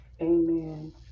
amen